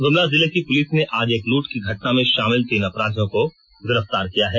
गुमला जिले की पुलिस ने आज एक लूट की घटना में शामिल तीन अपराधियों को गिरफ्तार किया है